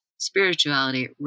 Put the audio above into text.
spirituality